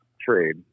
trade